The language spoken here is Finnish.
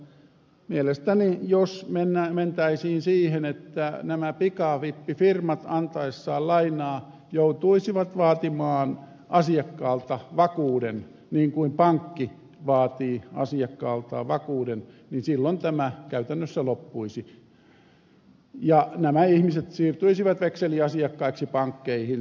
mielestäni jos mentäisiin siihen että nämä pikavippifirmat antaessaan lainaa joutuisivat vaatimaan asiakkaalta vakuuden niin kuin pankki vaatii asiakkaaltaan vakuuden tämä käytännössä loppuisi ja nämä ihmiset siirtyisivät vekseliasiakkaiksi pankkeihin